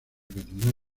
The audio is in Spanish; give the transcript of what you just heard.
catedral